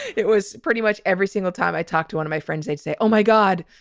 it was pretty much every single time i talked to one of my friends, they'd say, oh, my god,